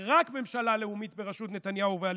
ורק ממשלה לאומית בראשות נתניהו והליכוד,